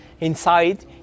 Inside